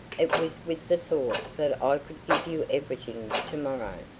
it was with the thought that i could give you everything to-morrow.